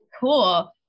Cool